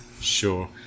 sure